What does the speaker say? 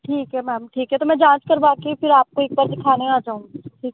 ठीक है मैम ठीक है तो मैं जाँच करवा कर फिर आपको एक बार दिखाने आ जाऊँ